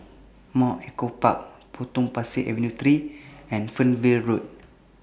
Mount Echo Park Potong Pasir Avenue three and Fernvale Road